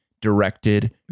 directed